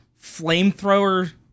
flamethrower